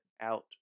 out